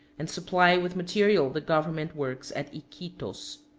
and supply with material the government works at iquitos.